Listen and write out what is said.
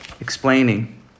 Explaining